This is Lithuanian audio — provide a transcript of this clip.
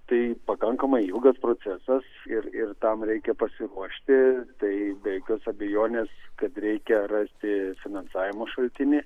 tai pakankamai ilgas procesas ir ir tam reikia pasiruošti tai be jokios abejonės kad reikia rasti finansavimo šaltinį